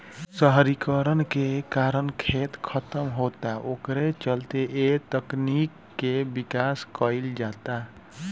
शहरीकरण के कारण खेत खतम होता ओकरे चलते ए तकनीक के विकास कईल जाता